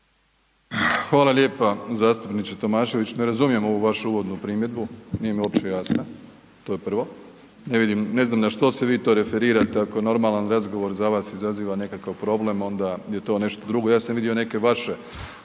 Hvala lijepa zastupniče Tomašević, ne razumijem ovu vašu uvodnu primjedbu, nije mi uopće jasna, to je prvo, ne vidim, ne znam na što se vi to referirate ako normalan razgovor za vas izaziva nekakav problem onda je to nešto drugo, ja sam vidio neke vaše